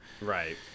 Right